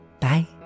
Bye